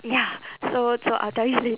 ya so so I'll tell you lat~